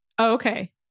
Okay